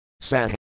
Sah